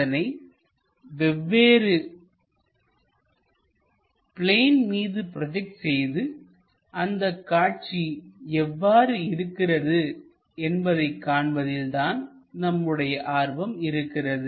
அதனை வெவ்வேறு பிளேன் மீது ப்ரோஜெக்ட் செய்து அந்தக் காட்சி எவ்வாறு இருக்கிறது என்பதை காண்பதில் தான் நம்முடைய ஆர்வம் இருக்கிறது